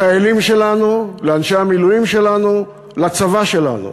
לחיילים שלנו, לאנשי המילואים שלנו, לצבא שלנו,